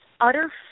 utter